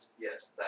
Yes